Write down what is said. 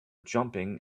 jumping